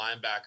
linebacker